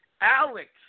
Alex